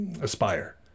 aspire